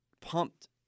pumped